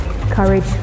courage